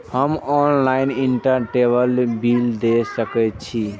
हम ऑनलाईनटेबल बील दे सके छी?